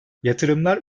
yatırımlar